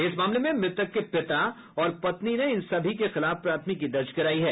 इस मामले में मृतक के पिता और पत्नी ने इन सभी के खिलाफ प्राथमिकी दर्ज करायी है